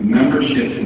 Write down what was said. membership